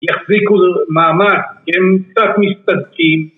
יחזיקו למעמד, כי הם קצת מצטדקים